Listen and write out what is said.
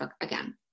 again